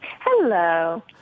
Hello